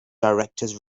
directors